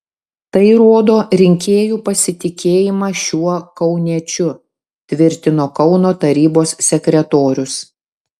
tai rodo rinkėjų pasitikėjimą šiuo kauniečiu tvirtino kauno tarybos sekretorius